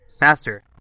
Master